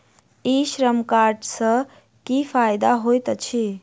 ई Shram card सँ की फायदा होइत अछि?